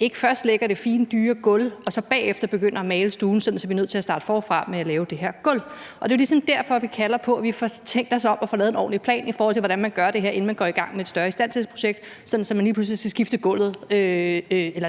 ikke først lægger det fine, dyre gulv og så bagefter begynder at male stuen, sådan at vi er nødt til at starte forfra med at lave det her gulv. Det er ligesom derfor, vi kalder på, at vi får tænkt os om og får lavet en ordentlig plan for, hvordan man gør det her, inden man går i gang med et større istandsættelsesprojekt, sådan at man ikke lige pludselig skal skifte eller